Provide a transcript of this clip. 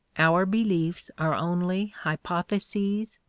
our beliefs are only hypotheses,